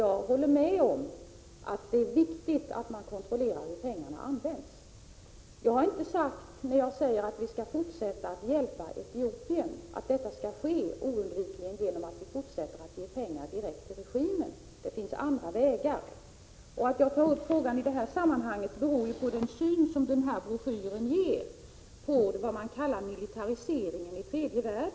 Jag håller givetvis med om att det är viktigt att man kontrollerar hur pengarna används. När jag sade att vi skall fortsätta att hjälpa Etiopien skall det inte tolkas så, att detta oundvikligen skall ske genom att vi fortsätter att ge pengar direkt till regimen. Det finns andra vägar. Att jag tar upp frågan i det här sammanhanget beror naturligtvis på den syn som ges i broschyren på det man kallar militariseringen i tredje världen.